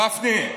גפני,